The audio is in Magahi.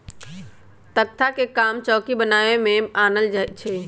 तकख्ता के काम चौकि बनाबे में आनल जाइ छइ